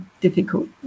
difficult